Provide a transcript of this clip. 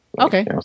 Okay